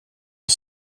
och